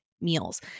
meals